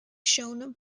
shown